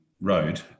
road